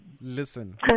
Listen